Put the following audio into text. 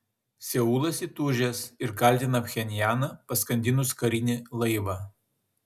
seulas įtūžęs ir kaltina pchenjaną paskandinus karinį laivą